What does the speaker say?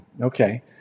Okay